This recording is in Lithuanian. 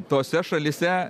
tose šalyse